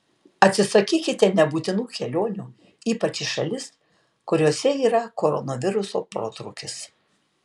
atsisakykite nebūtinų kelionių ypač į šalis kuriose yra koronaviruso protrūkis